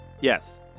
Yes